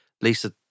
Lisa